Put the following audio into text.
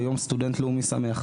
ויום סטודנט לאומי שמח.